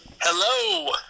Hello